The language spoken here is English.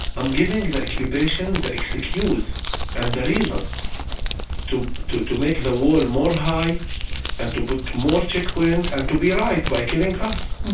i'm giving the occupation the excuse and the reason to to make the wall and more high and to put more checkpoint and to be right by killing us.